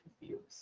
confused